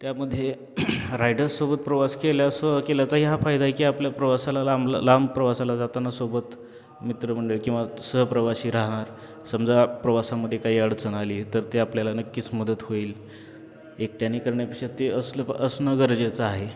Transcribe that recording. त्यामध्ये रायडर्ससोबत प्रवास केल्या सह केल्याचा हा फायदा आहे की आपल्या प्रवासाला लांबला लांब प्रवासाला जाताना सोबत मित्रमंडळी किंवा सहप्रवासी राहणार समजा प्रवासामध्ये काही अडचण आली तर ते आपल्याला नक्कीच मदत होईल एकट्यानी करण्यापेक्षा ते असणं पण असणं गरजेचं आहे